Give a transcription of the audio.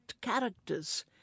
characters